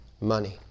money